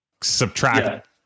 subtract